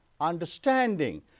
understanding